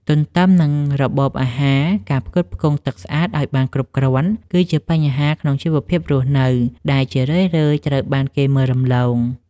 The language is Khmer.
ទន្ទឹមនឹងរបបអាហារ ការផ្គត់ផ្គង់ទឹកស្អាតឱ្យបានគ្រប់គ្រាន់ គឺជាបញ្ហាក្នុងជីវភាពរស់នៅ ដែលជារឿយៗត្រូវបានគេមើលរំលង។